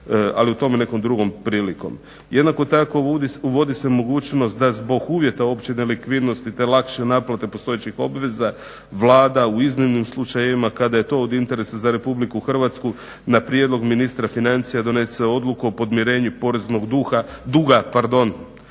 ali o tome nekom drugom prilikom. Jednako tako uvodi se mogućnost da zbog uvjeta opće nelikvidnosti te lakše naplate postojećih obveza Vlada u iznimnim slučajevima kada je to od interesa za RH na prijedlog ministra financija donese odluku o podmirenju poreznog duga ustupanjem